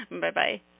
Bye-bye